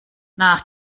nach